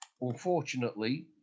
Unfortunately